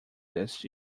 this